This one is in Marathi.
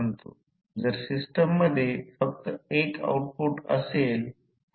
म्हणूनच हा त्रिकोण ज्याला त्रिकोण लिहिल्यास मी या भागाचा आणि या भागाचा विचार केला तर